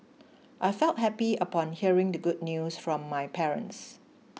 I felt happy upon hearing the good news from my parents